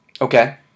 Okay